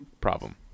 problem